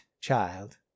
child